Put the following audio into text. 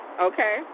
okay